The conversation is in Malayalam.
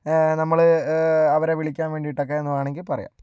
നമ്മൾ അവരെ വിളിക്കാൻ വേണ്ടിയിട്ടൊക്കെയെന്നു വേണമെങ്കിൽ പറയാം